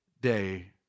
day